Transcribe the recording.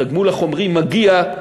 התגמול החומרי מגיע,